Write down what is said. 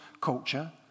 culture